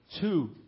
Two